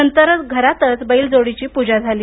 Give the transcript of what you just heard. नंतर घरातच बैलजोडीची प्रजा झाली